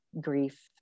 grief